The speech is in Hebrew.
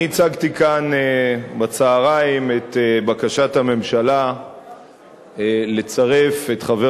אני הצגתי כאן בצהריים את בקשת הממשלה לצרף את חבר